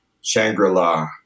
shangri-la